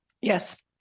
Yes